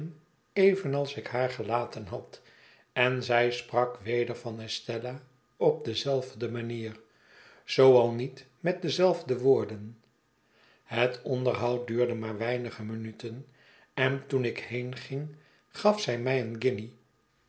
evenals ik haar gelaten had en zij sprak weder van estella op dezelfde manier zoo al niet met dezelfde woorden het ouderhoud duurde maar weinige minuten en toen ik heenging gaf zij mij